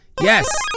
Yes